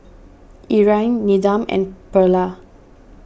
Irine Needham and Pearla